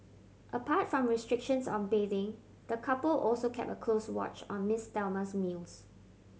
apart from restrictions on bathing the couple also kept a close watch on Miss Thelma's meals